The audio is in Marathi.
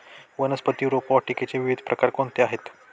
वनस्पती रोपवाटिकेचे विविध प्रकार कोणते आहेत?